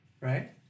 Right